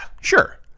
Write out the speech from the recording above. sure